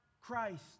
Christ